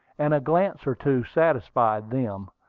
and a glance or two satisfied them.